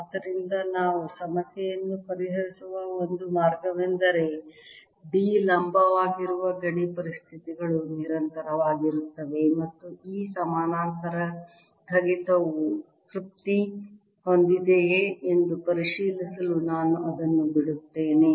ಆದ್ದರಿಂದ ನಾವು ಸಮಸ್ಯೆಯನ್ನು ಪರಿಹರಿಸಿರುವ ಒಂದು ಮಾರ್ಗವೆಂದರೆ D ಲಂಬವಾಗಿರುವ ಗಡಿ ಪರಿಸ್ಥಿತಿಗಳು ನಿರಂತರವಾಗಿರುತ್ತವೆ ಮತ್ತು E ಸಮಾನಾಂತರ ಸ್ಥಗಿತವು ತೃಪ್ತಿ ಹೊಂದಿದೆಯೆ ಎಂದು ಪರಿಶೀಲಿಸಲು ನಾನು ಅದನ್ನು ಬಿಡುತ್ತೇನೆ